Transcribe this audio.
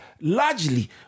largely